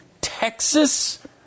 Texas